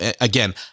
Again